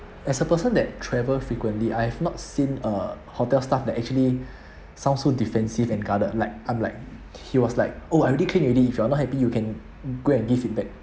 as a person that travel frequently I have not seen a hotel staff that actually sounds so defencive and guarded like I'm like he was like oh I already clean already if you are not happy you can go and give feedback